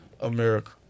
America